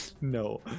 no